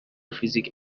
فیزیک